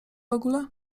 ogóle